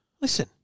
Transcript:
Listen